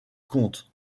comte